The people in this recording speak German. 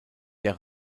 der